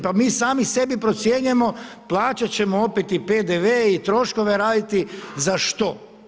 Pa mi sami sebi procjenjujemo, plaćat ćemo opet i PDV i troškove raditi za što?